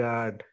God